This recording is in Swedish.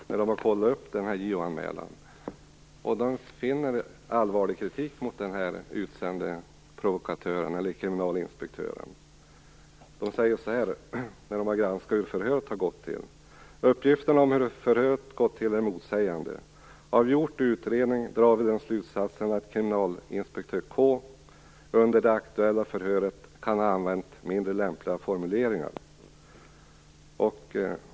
Man har kollat upp JO-anmälan. Man riktar allvarlig kritik mot den utsände provokatören eller kriminalinspektören. Man har granskat hur förhöret har gått till. Man skriver följande: Uppgifterna om hur förhör gått till är motsägande. Av gjord utredning drar vi slutsatsen att kriminalinspektör K. under det aktuella förhöret kan ha använt mindre lämpliga formuleringar.